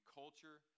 culture